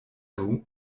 vous